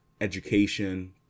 education